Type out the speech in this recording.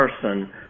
person